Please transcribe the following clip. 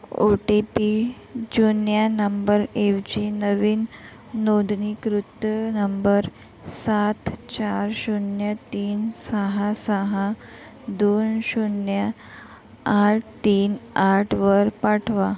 ओ T P जुन्या नंबरऐवजी नवीन नोंदणीकृत नंबर सात चार शून्य तीन सहा सहा दोन शून्य आठ तीन आठवर पाठवा